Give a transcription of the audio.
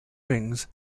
wings